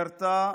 ירתה